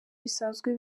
bisanzwe